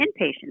inpatient